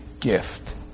gift